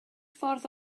ffordd